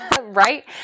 right